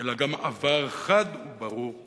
אלא גם עבר חד וברור יותר.